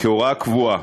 כהוראה קבועה,